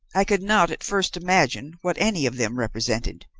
i could not at first imagine what any of them represented,